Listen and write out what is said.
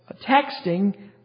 texting